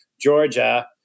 Georgia